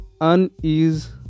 unease